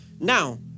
Now